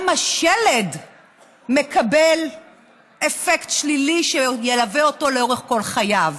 גם השלד מקבל אפקט שלילי שילווה אותו לאורך כל חייו.